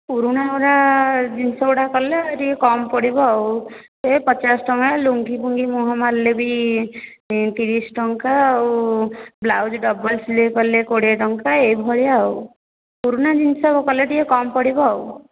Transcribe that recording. ପୁରୁଣାଗୁଡ଼ା ଜିନିଷଗୁଡ଼ା କଲେ ଟିକିଏ କମ୍ ପଡ଼ିବ ଆଉ ଏଇ ପଚାଶ ଟଙ୍କା ଲୁଙ୍ଗୀ ଫୁଙ୍ଗି ମୁହଁ ମାରିଲେ ବି ତିରିଶ ଟଙ୍କା ଆଉ ବ୍ଳାଉଜ୍ ଡବଲ୍ ସିଲେଇ କଲେ କୋଡ଼ିଏ ଟଙ୍କା ଏହିଭଳିଆ ଆଉ ପୁରୁଣା ଜିନିଷ କଲେ ଟିକିଏ କମ୍ ପଡ଼ିବ ଆଉ